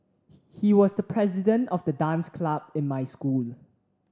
he was the president of the dance club in my school